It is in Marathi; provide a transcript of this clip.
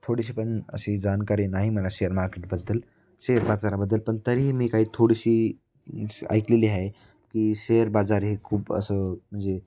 थोडीशीपण अशी जानकारी नाही मला शेअर मार्केटबद्दल शेअर बाजाराबद्दलपण तरीही मी काही थोडीशी ऐकलेली आहे की शेअर बाजार हे खूप असं म्हणजे